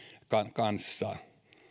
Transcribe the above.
kanssa